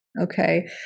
Okay